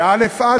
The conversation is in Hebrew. וא.א.